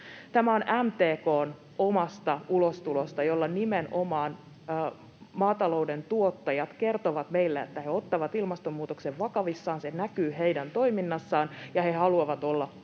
Tämä on MTK:n omasta ulostulosta, jolla nimenomaan maatalouden tuottajat kertovat meille, että he ottavat ilmastonmuutoksen vakavissaan. Se näkyy heidän toiminnassaan, ja he haluavat olla osana